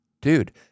Dude